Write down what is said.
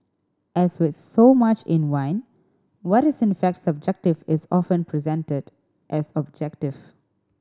as with so much in wine what is in fact subjective is often presented as objective